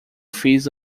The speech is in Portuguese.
fiz